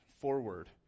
forward